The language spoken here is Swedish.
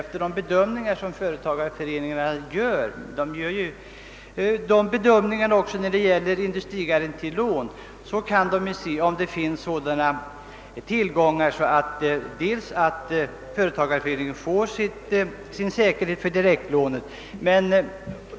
Företagareföreningarna gör även när det gäller industrigarantilånen en bedömning av om det finns sådana tillgångar att ifrågavarande förening får säkerhet för direktlånen.